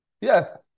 yes